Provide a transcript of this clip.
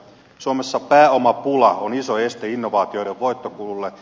suomessa pääomapula on iso este innovaatioiden voittokululle